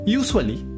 usually